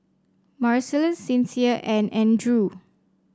Marcellus Sincere and Andrew